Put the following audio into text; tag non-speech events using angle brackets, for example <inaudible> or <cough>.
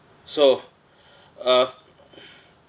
so <breath> uh